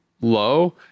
low